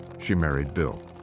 she married bill.